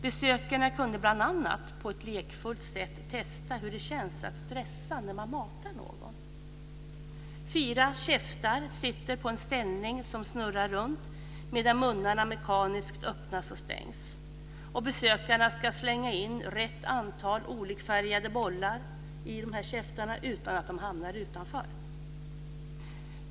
Besökarna kunde bl.a. på ett lekfullt sätt testa hur det känns att stressa när man matar någon. Fyra käftar sitter på en ställning som snurrar runt, medan munnarna mekaniskt öppnas och stängs. Besökaren ska slänga in rätt antal olikfärgade bollar utan att de hamnar utanför.